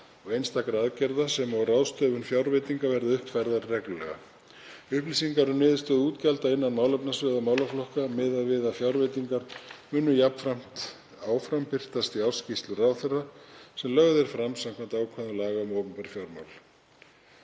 og einstakra aðgerða sem og ráðstöfun fjárveitinga verða uppfærðar reglulega. Upplýsingar um niðurstöðu útgjalda innan málefnasviða og málaflokka miðað við fjárveitingar munu jafnframt áfram birtast í ársskýrslu ráðherra sem lögð er fram samkvæmt ákvæðum laga um opinber fjármál.